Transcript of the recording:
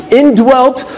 indwelt